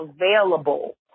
available